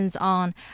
On